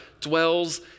dwells